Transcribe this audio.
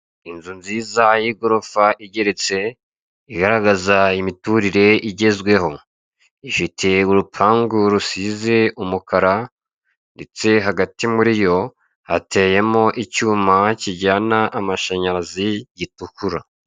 Inzu nziza y'igorofa igeretse igaragaza imiturire igezweho, ifite urupangu rusize umukara, ndetse hagati muri yo hateyemo icyuma kijyana amashanyarazi gitukura.